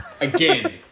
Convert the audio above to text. Again